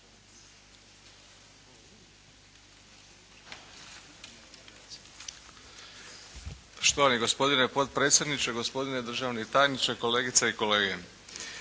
lijepa gospodine potpredsjedniče, gospodine državni tajniče, kolegice i kolege